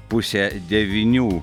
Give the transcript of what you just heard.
pusę devynių